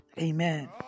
Amen